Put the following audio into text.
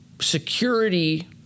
security